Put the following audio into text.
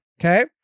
Okay